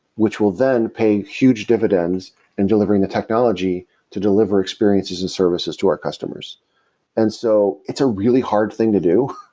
which will then pay huge dividends and delivering the technology to deliver experiences and services to our customers and so it's a really hard thing to do.